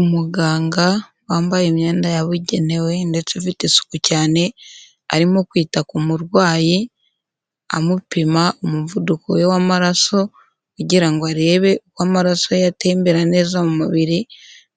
Umuganga wambaye imyenda yabugenewe ndetse ufite isuku cyane arimo kwita ku murwayi amupima umuvuduko we w'amaraso kugira ngo arebe uko amaraso ye atembera neza mu mubiri